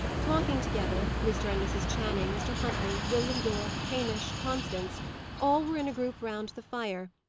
talking together mr. and mrs. channing, mr. huntley, william yorke, hamish, constance all were in a group round the fire,